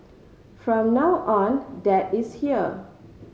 from now on dad is here